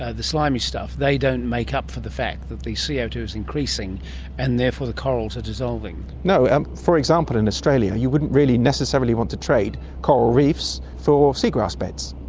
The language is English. ah the slimy stuff, they don't make up for the fact that the co ah two is increasing and therefore the corals are dissolving. no. um for example, in australia, you wouldn't really necessarily want to trade coral reefs for sea grass beds,